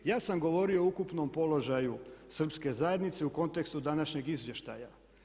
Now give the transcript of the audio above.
Ja sam govorio o ukupnom položaju srpske zajednice u kontekstu današnjeg izvještaja.